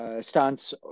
stance